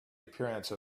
appearance